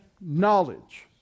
knowledge